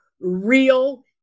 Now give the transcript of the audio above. real